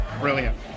brilliant